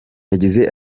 yagize